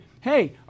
hey